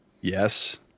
Yes